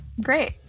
Great